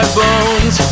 bones